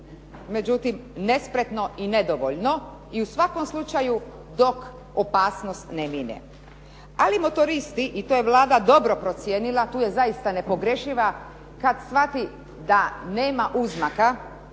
međutim nespretno i nedovoljno i u svakom slučaju dok opasnost ne mine. Ali motoristi i to je Vlada dobro procijenila, tu je zaista nepogrešiva kad shvati da nema uzmaka